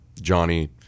Johnny